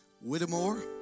Whittemore